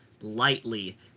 lightly